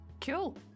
Cool